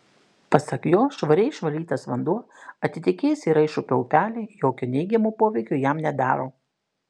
pasak jo švariai išvalytas vanduo atitekėjęs į raišupio upelį jokio neigiamo poveikio jam nedaro